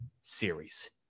series